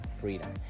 freedom